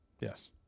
yes